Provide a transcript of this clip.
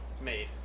made